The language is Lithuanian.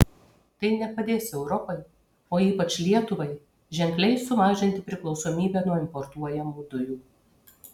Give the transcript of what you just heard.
tai nepadės europai o ypač lietuvai ženkliai sumažinti priklausomybę nuo importuojamų dujų